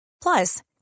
Plus